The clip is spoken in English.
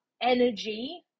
energy